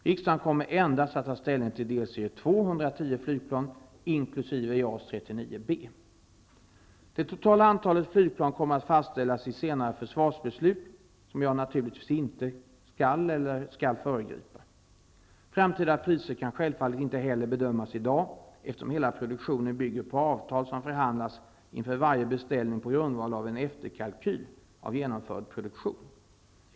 Riksdagen kommer endast att ta ställning till delserie 2 inkl. JAS 39B.Det totala antalet flygplan kommer att fastställas i senare försvarsbeslut, som jag naturligtvis inte skall föregripa. Framtida priser kan självfallet inte heller bedömas i dag, eftersom hela produktionen bygger på avtal som förhandlas inför varje beställning på grundval av en efterkalkyl av genomförd produktion.